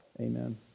Amen